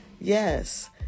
Yes